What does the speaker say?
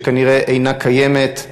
שכנראה אינה קיימת.